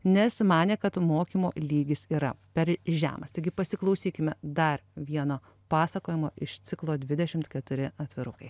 nes manė kad mokymo lygis yra per žemas taigi pasiklausykime dar vieno pasakojimo iš ciklo dvidešimt keturi atvirukai